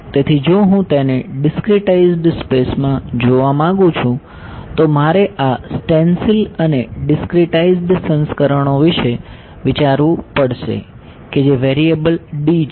તેથી જો હું તેને ડીસ્ક્રીટાઇઝ્ડ સ્પેસમાં જોવા માંગુ છું તો મારે આ સ્ટેન્સિલ અને ડીસ્ક્રીટાઇઝ્ડ સંસ્કરણો વિશે વિચારવું પડશે કે જે વેરિએબલ D છે